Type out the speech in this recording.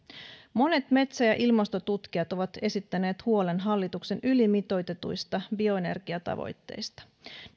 monet metsä ja ilmastotutkijat ovat esittäneet huolen hallituksen ylimitoitetuista bio energiatavoitteista